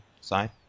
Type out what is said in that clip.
side